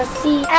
see